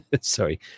Sorry